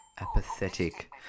apathetic